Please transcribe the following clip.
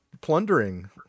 plundering